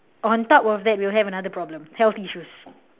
on top of that we'll have another problem health issues